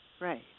right